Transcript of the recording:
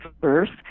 first